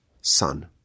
son